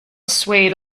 swayed